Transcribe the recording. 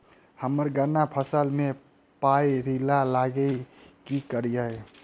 हम्मर गन्ना फसल मे पायरिल्ला लागि की करियै?